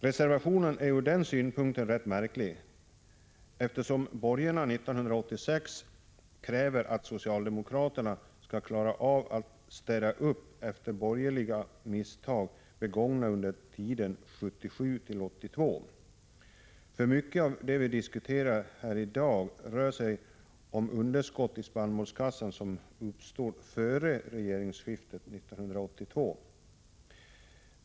Reservationen är ur den synpunkten rätt märklig, eftersom borgarna 1986 kräver att socialdemokraterna skall klara av att städa upp efter borgerliga misstag, begångna under tiden 1977-1982. Mycket av det vi diskuterar här i dag rör sig om underskott i spannmålskassan som uppstod före regeringsskiftet 1982.